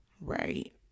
Right